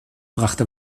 brachte